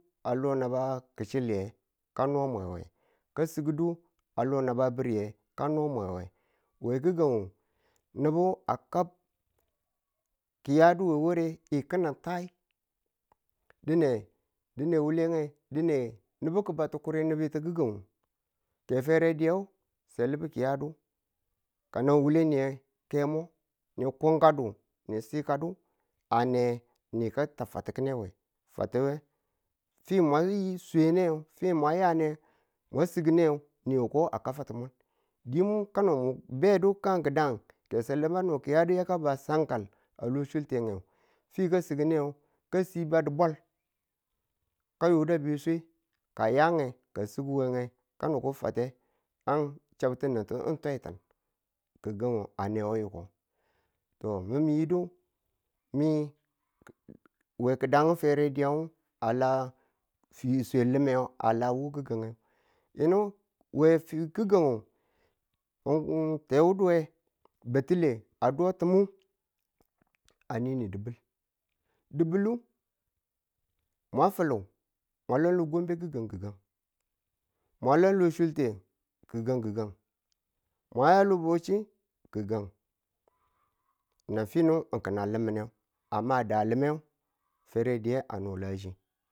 a lo naba ki chiliye, ka no mwe we ka sigdu a lon naba bi̱riye ka no mwe we, we gi̱gang nubu a kab, ki̱yadu we ware ki̱ni tayi dine wule ye dine nubu ki ba tukuri nubu gɪgang ye ferediyan selibu ki̱yadu ka nan wule niye kemo ni kun kaku ni si kadu a ne ni ka ta fate ki̱ne we, fi mwa yanne ma signe niwu ko a ka fatimu, di̱wu kano mu bedu kan ki̱dan we yo selibu ki̱yadu yaka bawe sankal a lo sunte we fi ka signede ka si bwa dubal ka yodu we ba swe ka a ya nge ka a siguwe nge kano ko fate nga chabtu. nitu ng twaitin gi̱ganf a ne we yiko to mi̱n mi yido ko mi we gi̱gang ferediyan a la fiswe li̱mang a la wu gi̱gang nge yinu we gi̱gang, tewuduwe batile a do ti̱mi a ni ni̱n di̱bilu di̱bile mwa fi̱le bwa la lo gombe gigang mwa lan lo sunte gɨgang mwa la lo Bauchi gi̱gang na fi min kin a li̱mineg amma no ferediyang ano a la chi.